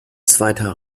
zweiter